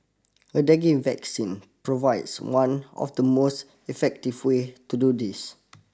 a dengue vaccine provides one of the most effective way to do this